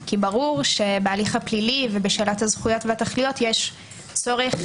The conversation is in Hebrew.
כי ברור שבהליך הפלילי ובשאלת הזכויות והתכליות יש צורך